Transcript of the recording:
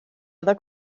other